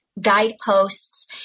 Guideposts